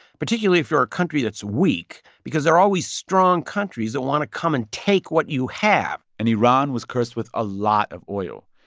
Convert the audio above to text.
particularly if you're a country that's weak because there are always strong countries that want to come and take what you have and iran was cursed with a lot of oil.